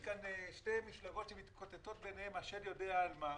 יש כאן שתי מפלגות שמתקוטטות ביניהן השד יודע על מה.